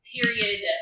Period